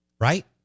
Right